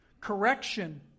Correction